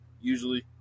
usually